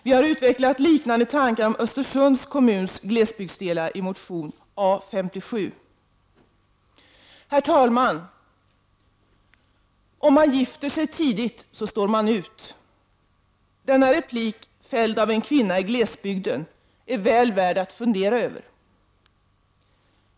Vi har utvecklat liknande tankar om Östersunds kommuns glesbygdsdelar i motion A57. Herr talman! ”Om man gifter sig tidigt så står man ut.” Denna replik, fälld av en kvinna i glesbygden, är väl värd att fundera över.